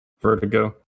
Vertigo